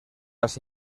las